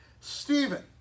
Stephen